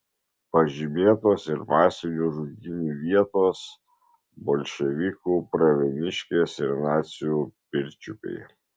pažymėtos ir masinių žudynių vietos bolševikų pravieniškės ir nacių pirčiupiai